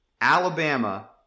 Alabama